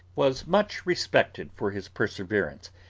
was much respected for his perseverance,